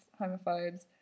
homophobes